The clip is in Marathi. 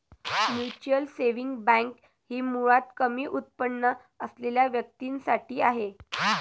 म्युच्युअल सेव्हिंग बँक ही मुळात कमी उत्पन्न असलेल्या व्यक्तीं साठी आहे